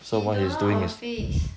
he don't know our face